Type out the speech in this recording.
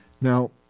Now